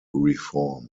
reform